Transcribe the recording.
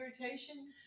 irritation